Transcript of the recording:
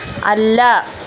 അല്ല